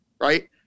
right